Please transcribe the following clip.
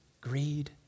greed